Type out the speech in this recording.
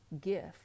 gift